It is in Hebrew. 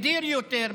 מדיר יותר,